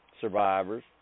survivors